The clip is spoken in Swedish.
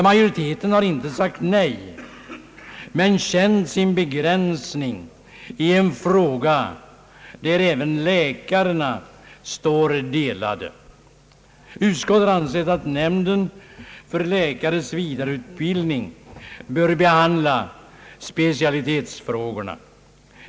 Majoriteten har inte sagt nej men känt sin begränsning i en fråga där även läkarna har delade meningar. Majoriteten har ansett att nämnden för läkares vidareutbildning bör behandla specialitetsfrågorna.